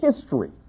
history